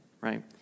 right